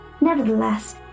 Nevertheless